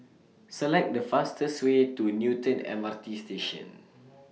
Select The fastest Way to Newton M R T Station